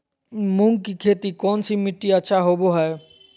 मूंग की खेती कौन सी मिट्टी अच्छा होबो हाय?